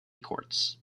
courts